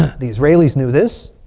the israelis knew this.